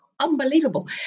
unbelievable